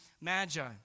magi